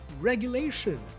regulation